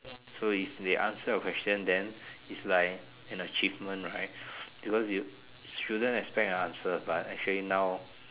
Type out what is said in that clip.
so if they answer your question then is like an achievement right because you shouldn't expect an answer but actually now